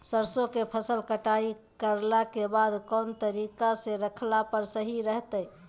सरसों के फसल कटाई करला के बाद कौन तरीका से रखला पर सही रहतय?